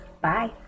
Bye